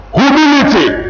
humility